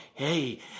Hey